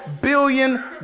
billion